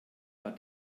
war